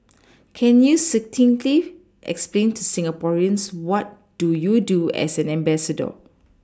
can you succinctly explain to Singaporeans what do you do as an ambassador